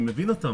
אני מבין אותם,